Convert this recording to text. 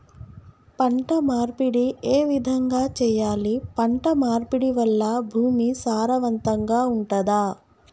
పంట మార్పిడి ఏ విధంగా చెయ్యాలి? పంట మార్పిడి వల్ల భూమి సారవంతంగా ఉంటదా?